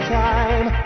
time